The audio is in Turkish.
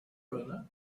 oranı